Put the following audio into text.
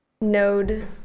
node